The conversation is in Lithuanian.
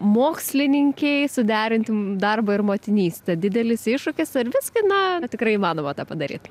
mokslininkei suderinti darbą ir motinystę didelis iššūkis ar viską na tikrai įmanoma tą padaryt